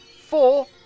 Four